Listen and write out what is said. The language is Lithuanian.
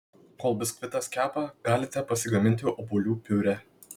kol biskvitas kepa galite pasigaminti obuolių piurė